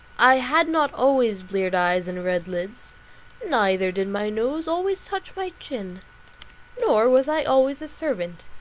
i had not always bleared eyes and red eyelids neither did my nose always touch my chin nor was i always a servant.